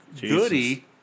Goody